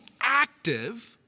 active